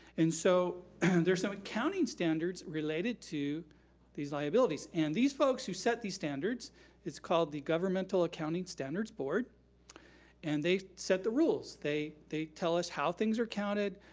and so and there's some so accounting standards related to these liabilities. and these folks who set these standards is called the governmental accounting standards board and they set the rules. they they tell us how things are counted,